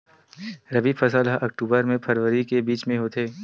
रबी फसल हा अक्टूबर से फ़रवरी के बिच में होथे